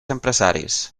empresaris